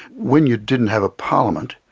when you didn't have a parliament,